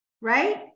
right